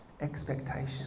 expectation